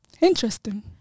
interesting